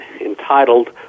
entitled